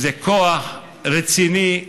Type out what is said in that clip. זה כוח רציני,